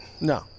No